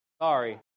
Sorry